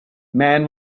man